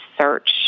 search